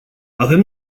avem